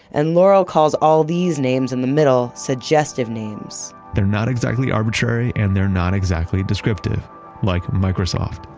and laurel calls all these names in the middle suggestive names they're not exactly arbitrary, and they're not exactly descriptive like microsoft.